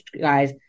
guys